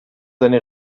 seine